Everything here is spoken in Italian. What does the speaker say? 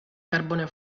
carbone